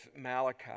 Malachi